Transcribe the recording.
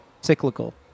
cyclical